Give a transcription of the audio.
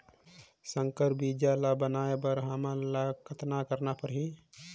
संकर बीजा ल बनाय बर हमन ल कतना करना परही?